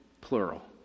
plural